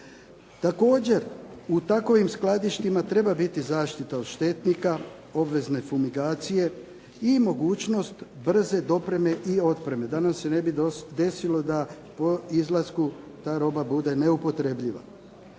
Također, u takovim skladištima treba biti zaštita od štetnika, obvezne fumigacija i mogućnost brze dopreme i otpreme da nam se ne bi desilo da po izlasku ta roba bude neupotrebljiva.